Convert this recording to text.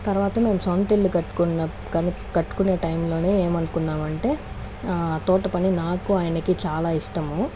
తర్వాత మేము సొంత ఇల్లు కట్టుకున్న కట్టుకునే టైం లోనే ఏమనుకున్నామంటే తోట పని నాకు ఆయనకి చాలా ఇష్టము